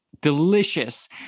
delicious